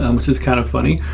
um which is kind of funny.